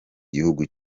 gihugu